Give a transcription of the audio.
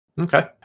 Okay